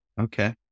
okay